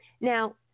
now